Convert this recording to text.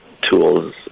tools